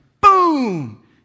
boom